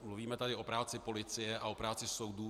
Mluvíme tady o práci policie a o práci soudů.